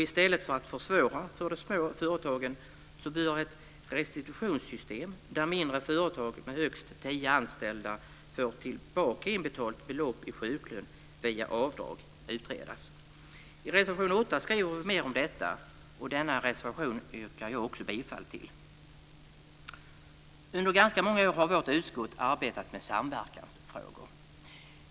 I stället för att försvåra för de små företagen bör ett restitutionssystem, där mindre företag med högst tio anställda får tillbaka inbetalt belopp i sjuklön via avdrag, utredas. I reservation 8 skriver vi mer om detta, och denna reservation yrkar jag också bifall till. Under ganska många år har vårt utskott arbetat med samverkansfrågor.